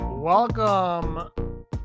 Welcome